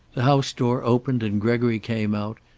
the house door opened, and gregory came out,